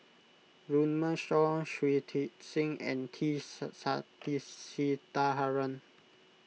Runme Shaw Shui Tit Sing and T Sasitharan